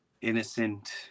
innocent